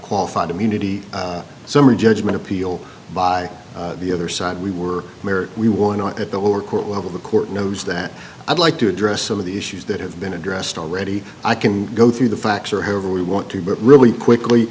qualified immunity summary judgment appeal by the other side we were we want at the lower court level the court knows that i'd like to address some of the issues that have been addressed already i can go through the facts or however we want to but really quickly